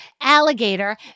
alligator